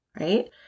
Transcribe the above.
Right